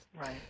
right